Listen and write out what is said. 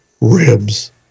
ribs